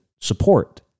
support